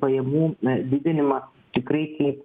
pajamų didinimą tikrai kaip